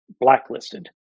blacklisted